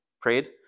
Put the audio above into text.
prayed